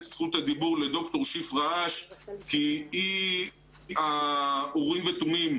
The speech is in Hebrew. זכות הדיבור לד"ר שפרה אש כי היא האורים ותומים,